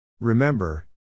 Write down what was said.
Remember